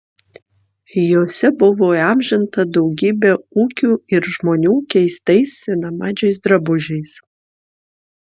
jose buvo įamžinta daugybė ūkių ir žmonių keistais senamadžiais drabužiais